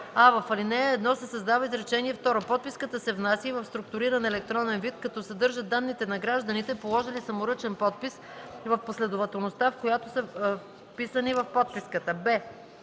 а) в ал. 1 се създава изречение второ: „Подписката се внася и в структуриран електронен вид, като съдържа данните на гражданите, положили саморъчен подпис, в последователността, в която са вписани в подписката.”;